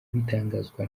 bitangazwa